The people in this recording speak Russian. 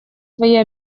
свои